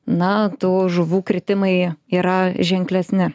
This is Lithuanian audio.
na tų žuvų kritimai yra ženklesni